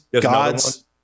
gods